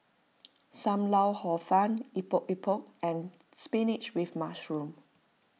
Sam Lau Hor Fun Epok Epok and Spinach with Mushroom